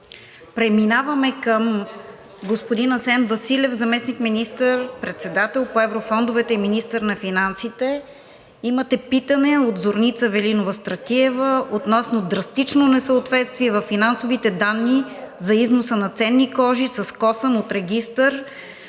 Преминаваме към господин Асен Василев – заместник министър-председател по еврофондовете и министър на финансите. Има питане от Зорница Велинова Стратиева относно драстично несъответствие във финансовите данни за износа на ценни кожи с косъм от регистър